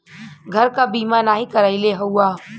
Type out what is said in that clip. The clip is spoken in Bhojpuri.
घर क बीमा नाही करइले हउवा